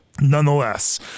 Nonetheless